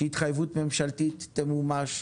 שהתחייבות ממשלתית תמומש,